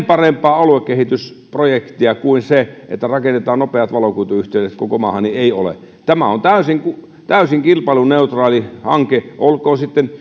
parempaa aluekehitysprojektia kuin se että rakennetaan nopeat valokuituyhteydet koko maahan ei ole tämä on täysin kilpailuneutraali hanke olkoon